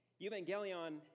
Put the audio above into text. Evangelion